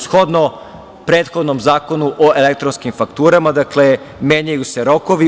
Shodno prethodnom Zakonu o elektronskim fakturama menjaju se rokovi.